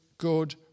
Good